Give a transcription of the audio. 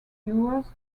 viewers